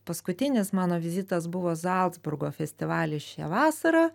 paskutinis mano vizitas buvo zalcburgo festivalis šią vasarą